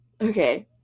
Okay